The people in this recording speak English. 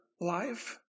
life